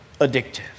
addictive